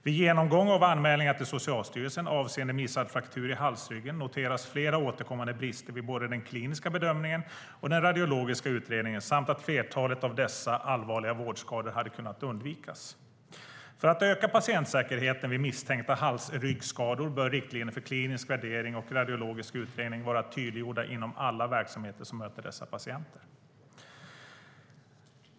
Vid genomgång av anmälningar till Socialstyrelsen avseende missad fraktur i halsryggen noteras flera återkommande brister vid både den kliniska bedömningen och den radiologiska utredningen samt att flertalet av dessa allvarliga vårdskador hade kunnat undvikas. För att öka patientsäkerheten vid misstänkta halsryggskador bör riktlinjer för klinisk värdering och radiologisk utredning vara tydliggjorda inom alla verksamheter som möter dessa patienter.